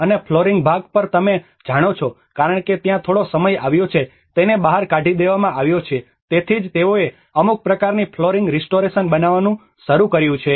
અને ફ્લોરિંગ ભાગ પર તમે જાણો છો કારણ કે ત્યાં થોડો સમય આવ્યો છે તેને બહાર કાઢી દેવામાં આવ્યો છે તેથી જ તેઓએ અમુક પ્રકારની ફ્લોરિંગ રિસ્ટોરેશન બનાવવાનું શરૂ કર્યું છે